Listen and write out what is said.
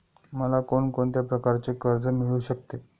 मला कोण कोणत्या प्रकारचे कर्ज मिळू शकते?